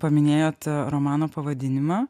paminėjot romano pavadinimą